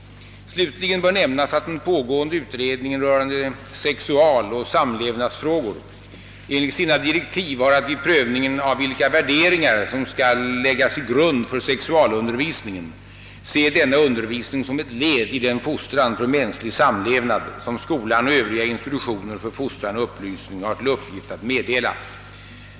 Slutligen bör nämnas att den pågående utredningen rörande sexualoch samlevnadsfrågor enligt sina direktiv har att vid prövningen av vilka värderingar, som skall läggas till grund för sexualundervisningen, se denna undervisning som ett led i den fostran för mänsklig samlevnad, som skolan och övriga institutioner för fostran och upplysning har till uppgift att meddela.